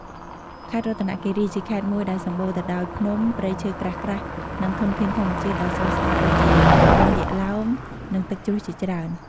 ខេត្តរតនគិរី ជាខេត្តមួយដែលសម្បូរទៅដោយភ្នំ ព្រៃឈើក្រាស់ៗ និងធនធានធម្មជាតិដ៏ស្រស់ស្អាតដូចជា បឹងយក្សឡោម និងទឹកជ្រោះជាច្រើន។